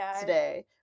today